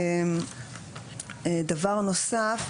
דבר נוסף,